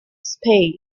spade